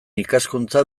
ikaskuntza